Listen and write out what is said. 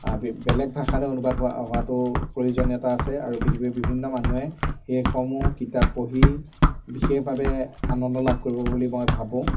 বেলেগ ভাষালৈ অনুবাদ হোৱাটো প্ৰয়োজনীয়তা আছে আৰু পৃথিৱীৰ বিভিন্ন মানুহে সেইসমূহ কিতাপ পঢ়ি বিশেষভাৱে আনন্দ লাভ কৰিব বুলি মই ভাবোঁ